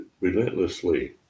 relentlessly